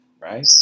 right